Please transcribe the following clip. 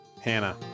Hannah